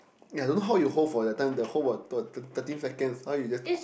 eh I don't know how you hold for that time the hold was what thir~ thirteen second how you just